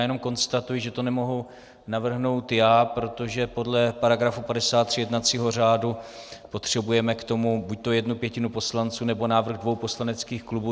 Jenom konstatuji, že to nemohu navrhnout já, protože podle § 53 jednacího řádu potřebujeme k tomu buďto jednu pětinu poslanců, nebo návrh dvou poslaneckých klubů.